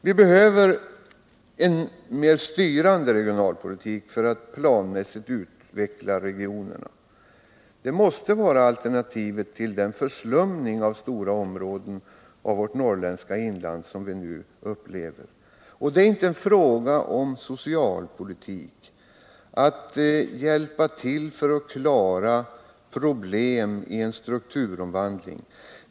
Vi behöver en mer styrande regionalpolitik för att planmässigt utveckla regionerna. Det måste vara alternativet till den förslumning av stora områden av vårt norrländska inland som vi nu upplever. Det är inte en fråga om socialpolitik, att hjälpa till att klara problem i en strukturomvandling.